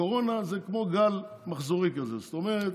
הקורונה זה כמו גל מחזורי כזה, זאת אומרת,